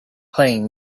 playing